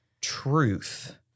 truth